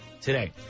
today